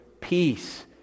peace